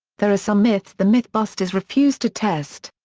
there are some myths the mythbusters refuse to test.